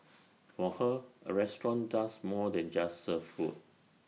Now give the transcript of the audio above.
for her A restaurant does more than just serve food